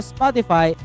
Spotify